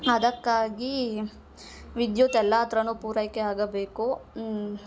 ಅದಕ್ಕಾಗಿ ವಿದ್ಯುತ್ ಎಲ್ಲ ಹತ್ರನೂ ಪೂರೈಕೆ ಆಗಬೇಕು